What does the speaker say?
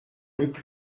luc